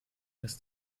das